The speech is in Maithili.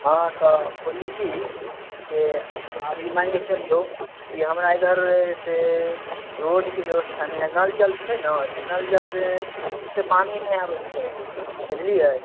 हँ तऽ बोलली की से अभी मानिके चलिऔ ई हमरा इधर से रोडके व्यवस्था नहि हए नलजल छै ने तऽ से नलजलमे ठीकसे पानि नहि आबैत छै बुझलियै